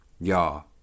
y'all